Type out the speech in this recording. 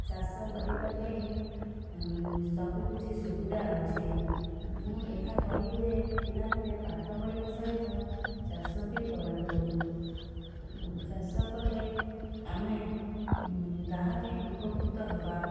ଚାଷ କରିବା ପାଇଁ ଉଁ ସବୁକିଛି ସୁବିଧା ଅଛି ମୁଁ ଏହା କହିବି ଯେ ପିଲାମାନେ ପାଠପଢ଼ିବା ସହିତ ଚାଷ ବି କରନ୍ତୁ ଚାଷ କଲେ ଆମେ ତାହା ପାଇଁ ଉପକୃତ ହେବା